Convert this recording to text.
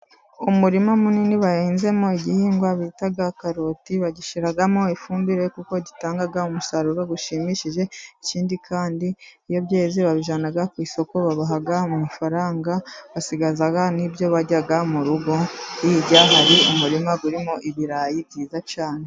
Umurima munini bahinzemo igihingwa bitaga karoti, bashyiramo ifumbire, kuko itanga umusaruro ushimishije, ikindi kandi, iyo byeze, babijyana ku isoko babaha amafaranga, basigaza n'ibyo barya mu rugo, hirya hari umurima urimo ibirayi byiza cyane.